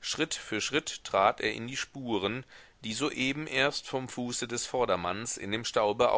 schritt für schritt trat er in die spuren die soeben erst vom fuße des vordermanns in dem staube